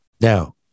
Now